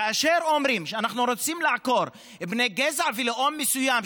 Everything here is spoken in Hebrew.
כאשר אומרים: אנחנו רוצים לעקור בני גזע ולאום מסוים,